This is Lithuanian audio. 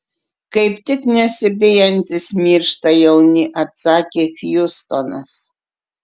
kaip tik nesibijantys miršta jauni atsakė hjustonas